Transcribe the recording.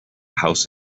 house